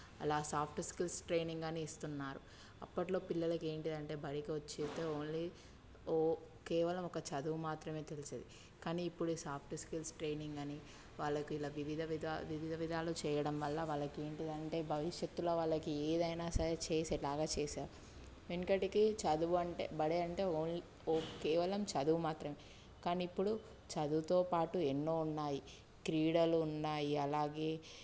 అలా soft skills training అని ఇస్తున్నారు అప్పట్లో పిల్లలకి ఏంటిది అంటే బడికి వచ్చి అయితే ఓన్లీ ఓ కేవలం ఒక చదువు మాత్రమే తెలిసేది కానీ ఇప్పుడు ఈ సాఫ్ట్ స్కిల్స్ ట్రైనింగ్ అని వాళ్ళకి ఇలా వివిధ విధా వివిధ విధాలు చేయడం వల్ల వాళ్ళకి ఏంటిది అంటే భవిష్యత్తులో వాళ్ళకి ఏదైనా సరే చేసేలాగా చేశారు వెనకటికి చదువు అంటే బడి అంటే ఓన్లీ ఓ కేవలం చదువు మాత్రమే కానీ ఇప్పుడు చదువుతోపాటు ఎన్నో ఉన్నాయి క్రీడలు ఉన్నాయి అలాగే